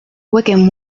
wickham